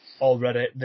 already